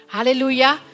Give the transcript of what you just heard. Hallelujah